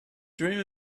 dream